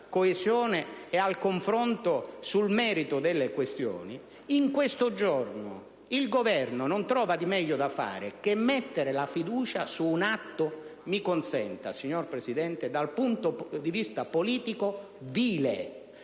coesione e al confronto sul merito delle questioni, il Governo non trova di meglio da fare che mettere la fiducia su un atto - mi consenta, signor Presidente - vile dal punto di vista politico. Si